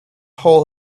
hole